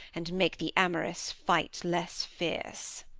and make the amorous fight less fierce.